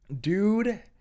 dude